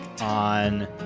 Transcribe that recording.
on